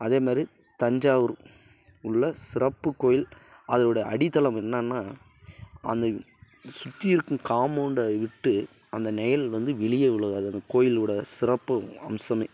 அதே மாதிரி தஞ்சாவூர் உள்ள சிறப்புக்கோயில் அதோட அடித்தளம் என்னான்னா அந்த சுற்றி இருக்கும் காமௌண்டை விட்டு அந்த நெகள் வந்து வெளியே விழுவாது அந்த கோயிலோட சிறப்பு அம்சமே